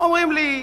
אומרים לי: